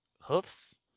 hoofs